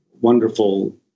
wonderful